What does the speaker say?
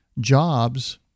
jobs